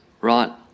right